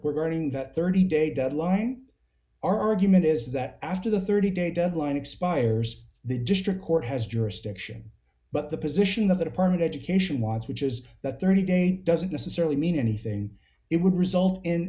going the thirty day deadline argument is that after the thirty day deadline expires the district court has jurisdiction but the position of the department education wise which is that thirty day doesn't necessarily mean anything it would result in